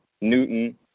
Newton